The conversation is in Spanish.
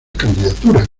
candidaturas